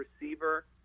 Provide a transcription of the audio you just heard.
receiver